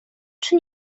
czy